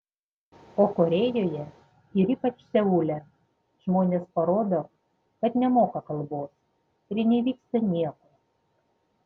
o korėjoje ir ypač seule žmonės parodo kad nemoka kalbos ir neįvyksta nieko